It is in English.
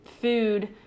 food